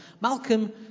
Malcolm